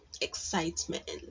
excitement